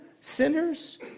sinners